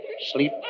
sleep